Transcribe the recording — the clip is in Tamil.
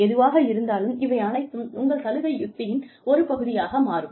எதுவாக இருந்தாலும் இவை அனைத்தும் உங்கள் சலுகை யுக்தியின் ஒரு பகுதியாக மாறும்